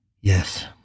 Yes